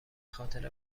خاطر